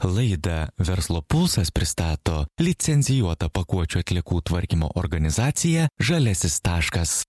laidą verslo pulsas pristato licencijuota pakuočių atliekų tvarkymo organizacija žaliasis taškas